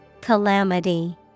Calamity